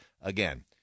again